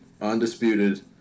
undisputed